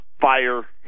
fire